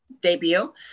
debut